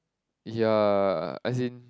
ya as in